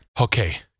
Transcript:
Okay